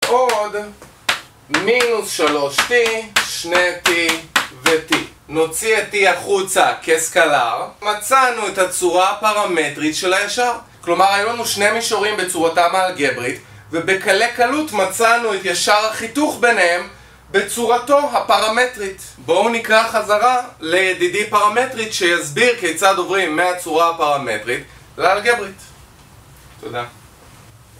עוד מינוס שלוש T, שני T ו-T נוציא את T החוצה כסקלר מצאנו את הצורה הפרמטרית של הישר כלומר היו לנו שני מישורים בצורתם האלגברית ובקלי קלות מצאנו את ישר החיתוך ביניהם בצורתו הפרמטרית בואו נקרא חזרה לידידי פרמטרית שיסביר כיצד עוברים מהצורה הפרמטרית לאלגברית תודה